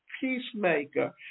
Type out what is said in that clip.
peacemaker